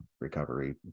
recovery